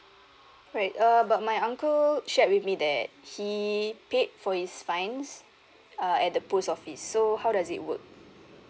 right uh but my uncle shared with me that he paid for his fines uh at the post office so how does it work